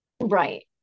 Right